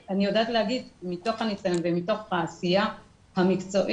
אני יודעת להגיד מתוך הניסיון ומתוך העשייה המקצועית,